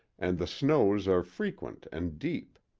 and the snows are frequent and deep.